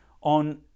on